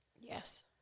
Yes